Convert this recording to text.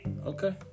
Okay